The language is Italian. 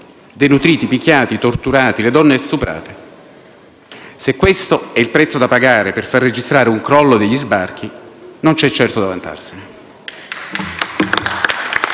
denutriti, picchiati, torturati e le donne stuprate. Se questo è il prezzo da pagare per far registrare un crollo degli sbarchi, non c'è certo da vantarsene.